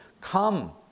come